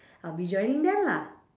I'll be joining them lah